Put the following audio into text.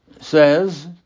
says